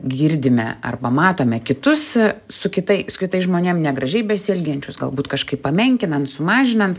girdime arba matome kitus su kitai su kitais žmonėm negražiai besielgiančius gal galbūt kažkaip pamenkinant sumažinant